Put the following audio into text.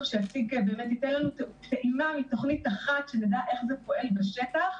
שייתן לנו טעימה מתוכנית אחת כדי שנדע איך זה פועל בשטח,